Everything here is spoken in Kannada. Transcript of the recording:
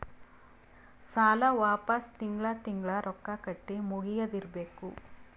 ಸಾಲ ವಾಪಸ್ ತಿಂಗಳಾ ತಿಂಗಳಾ ರೊಕ್ಕಾ ಕಟ್ಟಿ ಮುಗಿಯದ ಇರ್ಬೇಕು